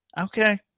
Okay